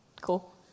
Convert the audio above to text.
Cool